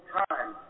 time